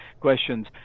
questions